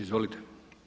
Izvolite.